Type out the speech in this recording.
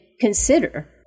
consider